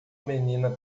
menina